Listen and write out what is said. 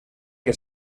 que